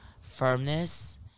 firmness